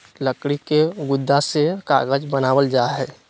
लकड़ी के गुदा से कागज बनावल जा हय